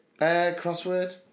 Crossword